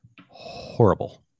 Horrible